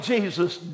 Jesus